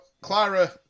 Clara